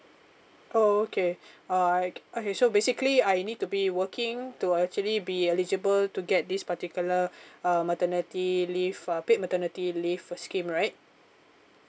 oh okay alright okay so basically I need to be working to actually be eligible to get this particular uh maternity leave uh paid maternity leave for scheme right